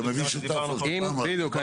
בדיוק,